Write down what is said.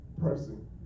person